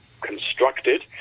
constructed